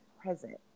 present